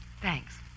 Thanks